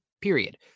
period